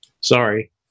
Sorry